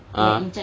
(uh huh)